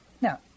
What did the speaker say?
Now